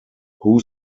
who